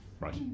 Right